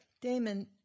Damon